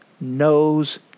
knows